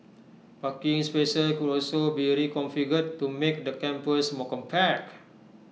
parking spaces could also be reconfigured to make the campus more compact